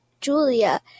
Julia